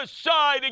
side